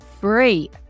free